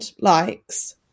likes